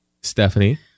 Stephanie